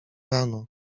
rano